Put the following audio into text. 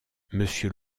monsieur